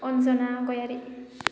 अन्ज'ना गयारि